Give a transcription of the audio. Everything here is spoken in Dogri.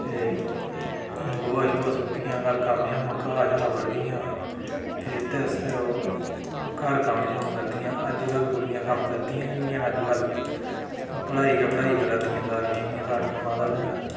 गोहा शोहा सु'टदियां घर कम्म शम्म घाऽ शा बढदियां ते एह्दे आस्तै ओह् घर कम्म शम्म करदियां अजकल कुड़ियां कम्म करदियां गै निं हैन अज्ज कल पढ़ाई गै पढ़ाई करा दियां इ'यां सारियां माता भैनां न